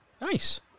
Nice